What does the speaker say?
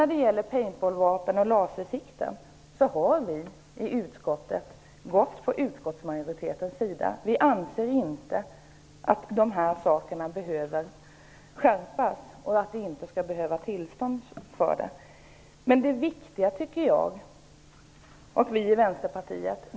När det gäller paintball-vapen och lasersikten har vi i utskottet ställt oss på utskottsmajoritetens sida. Vi anser inte att det behövs en skärpning när det gäller de här sakerna. Vidare behövs det inte tillstånd här.